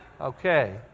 Okay